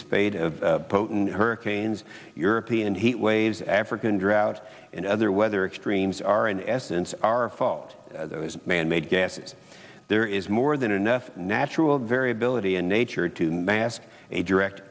spate of potent hurricanes european heat waves african drought and other weather extremes are in essence our fault manmade gases there is more than enough natural variability in nature to mask a direct